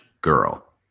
girl